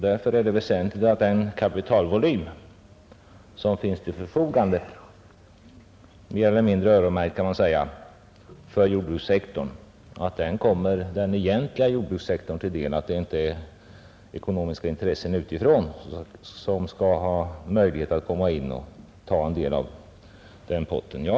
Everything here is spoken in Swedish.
Därför är det väsentligt att den kapitalvolym som finns till förfogande, mer eller mindre öronmärkt för jordbrukssektorn, kommer den egentliga jordbrukssektorn till del och att inte ekonomiska intressen utifrån får möjlighet att komma in och ta en del av potten.